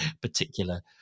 particular